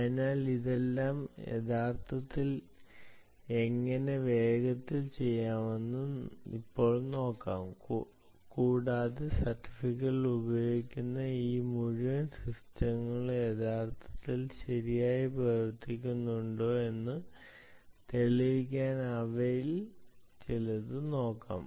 അതിനാൽ ഇതെല്ലാം യഥാർത്ഥത്തിൽ എങ്ങനെ വേഗത്തിൽ ചെയ്യാമെന്ന് ഇപ്പോൾ നോക്കാം കൂടാതെ സർട്ടിഫിക്കറ്റുകൾ ഉപയോഗിക്കുന്ന ഈ മുഴുവൻ സിസ്റ്റവും യഥാർത്ഥത്തിൽ ശരിയായി പ്രവർത്തിക്കുന്നുണ്ടോ എന്ന് തെളിയിക്കാൻ അവയിൽ ചിലത് നോക്കാം